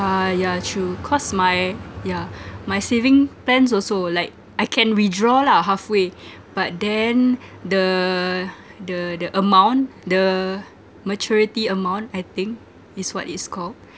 uh yeah true cause my yeah my saving plans also like I can withdraw lah halfway but then the the the amount the maturity amount I think is what it's called